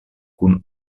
kun